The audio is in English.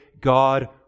God